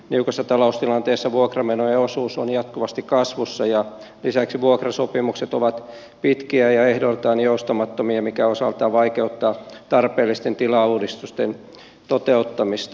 niukassa taloustilanteessa vuokramenojen osuus on jatkuvasti kasvussa ja lisäksi vuokrasopimukset ovat pitkiä ja ehdoiltaan joustamattomia mikä osaltaan vaikeuttaa tarpeellisten tilauudistusten toteuttamista